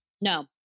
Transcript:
no